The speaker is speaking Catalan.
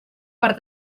per